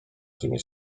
tymi